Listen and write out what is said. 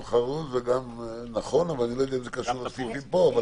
נכון, אבל אני לא יודע אם זה קשור לסעיפים פה.